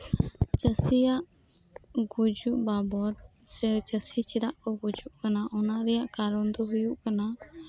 ᱪᱟᱹᱥᱤᱭᱟᱜ ᱜᱩᱡᱩᱜ ᱵᱟᱵᱚᱛ ᱥᱮ ᱪᱟᱹᱥᱤ ᱪᱮᱫᱟᱜ ᱜᱩᱡᱩᱜ ᱠᱟᱱᱟ ᱚᱱᱟ ᱨᱮᱭᱟᱜ ᱠᱟᱨᱚᱱ ᱫᱚ ᱦᱩᱭᱩᱜ ᱠᱟᱱᱟ